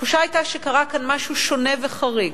התחושה היתה שקרה כאן משהו שונה וחריג,